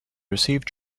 received